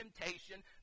temptation